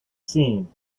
seen